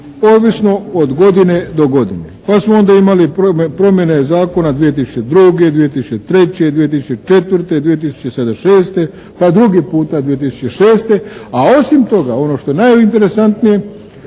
ovisno od godine do godine. Pa smo onda imali promjene Zakona 2002., 2003., 2004. sada 2006., pa drugi puta 2006., a osim toga ono što je najinteresantnije